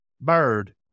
bird